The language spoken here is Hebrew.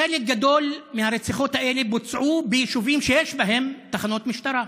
חלק גדול מהרציחות האלה בוצעו ביישובים שיש בהם תחנות משטרה.